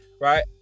Right